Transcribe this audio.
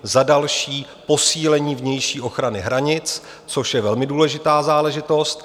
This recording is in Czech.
Za další posílení vnější ochrany hranic, což je velmi důležitá záležitost.